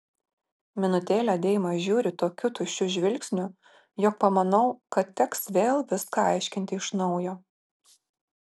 minutėlę deima žiūri tokiu tuščiu žvilgsniu jog pamanau kad teks vėl viską aiškinti iš naujo